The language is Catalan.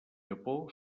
japó